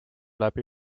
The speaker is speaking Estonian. läbi